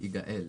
יגאל.